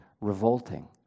revolting